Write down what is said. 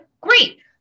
great